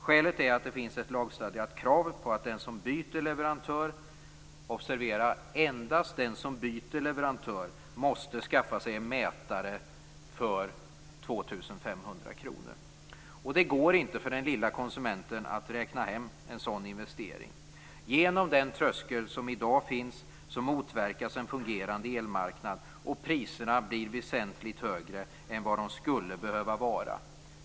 Skälet är att det finns ett lagstadgat krav på att den som byter leverantör - observera att det är endast den som byter leverantör - måste skaffa sig en mätare för 2 500 kr. Det går inte för den lilla konsumenten att räkna hem en sådan investering. Genom den tröskel som i dag finns motverkas en fungerande elmarknad, och priserna blir väsentlig högre än vad de skulle behöva vara.